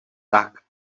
tak